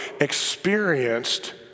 experienced